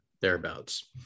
thereabouts